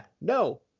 no